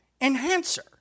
enhancer